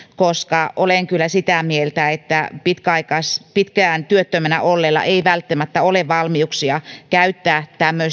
koska olen kyllä sitä mieltä että pitkään työttömänä olleella ei välttämättä ole valmiuksia käyttää